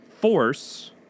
force